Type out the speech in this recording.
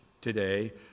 today